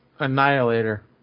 Annihilator